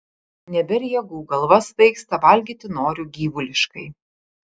nebėr jėgų galva svaigsta valgyti noriu gyvuliškai